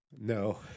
no